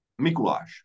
Mikuláš